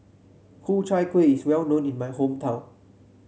Ku Chai Kueh is well known in my hometown